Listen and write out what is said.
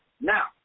Now